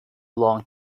long